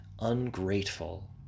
ungrateful